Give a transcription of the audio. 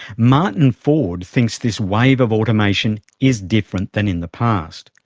martin ford thinks this wave of automation is different than in the past.